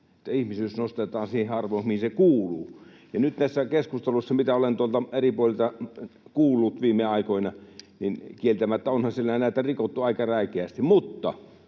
Ihmisyys nostetaan siihen arvoon, mihin se kuuluu. Nyt kun on tämä keskustelu, mitä olen eri puolilta kuullut viime aikoina, niin onhan sillä kieltämättä näitä rikottu aika räikeästi. Mutta